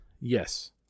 Yes